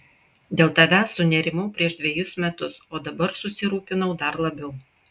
dėl tavęs sunerimau prieš dvejus metus o dabar susirūpinau dar labiau